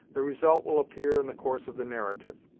the result will appear in the course of the narrative.